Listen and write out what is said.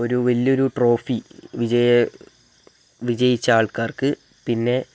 ഒരു വലിയ ഒരു ട്രോഫി വിജയ വിജയിച്ച ആൾക്കാർക്ക് പിന്നേ